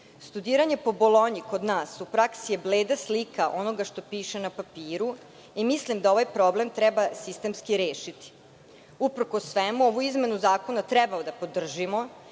bodova. Studiranje po Bolonji kod nas u praksi je bleda slika onoga što piše na papiru, i mislim da ovaj problem treba sistemski rešiti. Uprkos svemu, ovu izmenu zakona treba da podržimo,